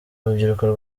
rubyiruko